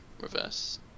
reverse